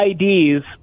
IDs